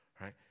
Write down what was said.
Right